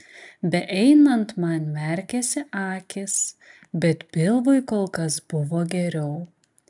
beeinant man merkėsi akys bet pilvui kol kas buvo geriau